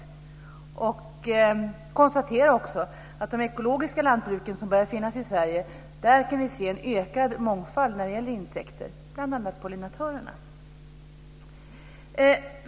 Vi kan också konstatera att vi i de ekologiska lantbruken som börjar finnas i Sverige kan se en ökad mångfald när det gäller insekter, bl.a. pollinatörerna.